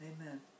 Amen